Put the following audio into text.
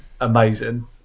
amazing